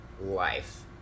life